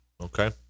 Okay